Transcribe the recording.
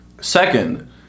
Second